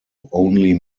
only